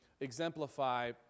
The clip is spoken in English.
exemplify